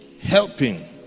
helping